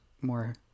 more